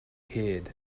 hid